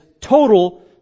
total